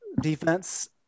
defense